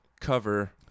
cover